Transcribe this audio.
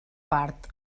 part